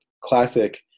classic